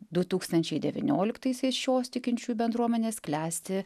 du tūkstančiai devynioliktaisiais šios tikinčiųjų bendruomenės klesti